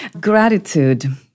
Gratitude